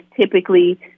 typically